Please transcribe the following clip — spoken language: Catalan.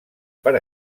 per